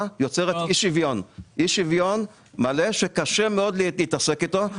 יוצרת אי שוויון שקשה מאוד להתעסק איתו.